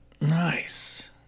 Nice